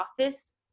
office